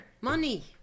money